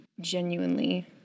genuinely